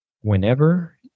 Whenever